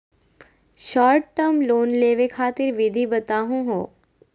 Short term loan लेवे खातीर विधि बताहु हो?